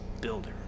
builder